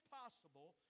possible